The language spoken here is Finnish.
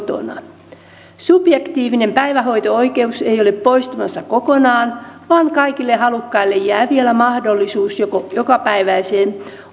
kotona subjektiivinen päivähoito oikeus ei ei ole poistumassa kokonaan vaan kaikille halukkaille jää vielä mahdollisuus joko jokapäiväiseen